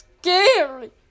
scary